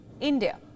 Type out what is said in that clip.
India